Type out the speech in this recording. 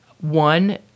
one